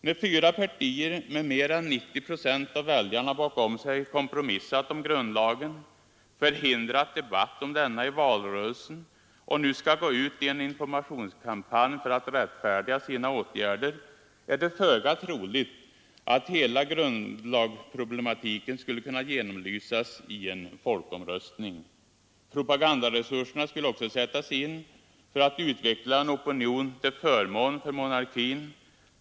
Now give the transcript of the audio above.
När fyra partier med mer än 90 procent av väljarna bakom sig kompromissat om grundlagen, förhindrat debatt om denna i valrörelsen och nu skall gå ut i en informationskampanj för att rättfärdiga sina åtgärder är det föga troligt att hela grundlagsproblematiken skulle kunna genomlysas i en folkomröstning. Propagandaresurserna skulle också sättas in för att utveckla en opinion till förmån för monarkin.